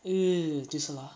!eww! 就是 lah